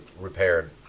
repaired